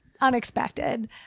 unexpected